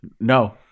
No